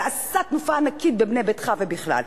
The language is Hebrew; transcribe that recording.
זה עשה תנופה ענקית ב"בנה ביתך" ובכלל.